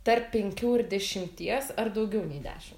tarp penkių ir dešimties ar daugiau nei dešim